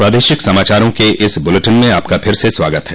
प्रादेशिक समाचारों के इस बुलेटिन में आपका फिर से स्वागत है